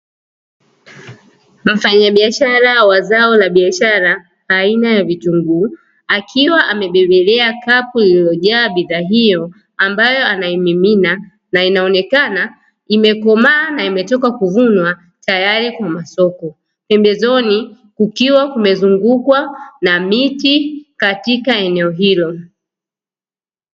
Mfanya biashara wa zao la biashara aina ya vitunguu, akiwa amebebelea kapu lililojaa bidhaa hiyo ambayo anaimimina na inaonekana imetoka kuvunwa tayari kwa masoko. Pembezoni kukiwa kumezungukwa na miti, katika eneo hilo.